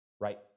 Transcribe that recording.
right